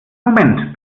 moment